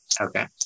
okay